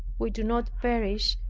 we do not perish,